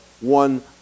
one